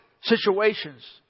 situations